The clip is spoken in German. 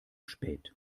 spät